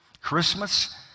Christmas